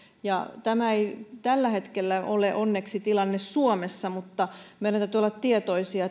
tämä ei tällä hetkellä ole onneksi tilanne suomessa mutta meidän täytyy olla tietoisia